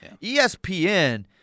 ESPN